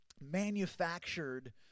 manufactured